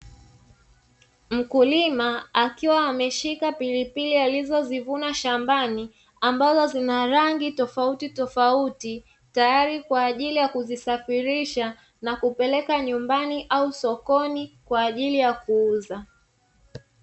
Mkulima akiwa ameshika pilipili alizozivuna shambani, ambazo zina rangi tofautitofauti tayari kwa ajili ya kuzisafirisha na kupeleka nyumbani au sokoni kwa ajili ya kuuza.